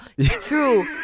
true